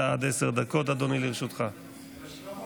אין, בושה וחרפה.